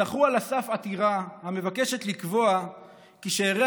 דחה על הסף עתירה המבקשת לקבוע כי שארי